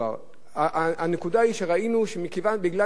הנקודה היא שראינו שבגלל נגיעות אישיות